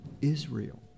Israel